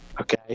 Okay